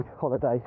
holiday